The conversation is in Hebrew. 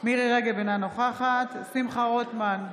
מירי מרים רגב, אינה נוכחת שמחה רוטמן,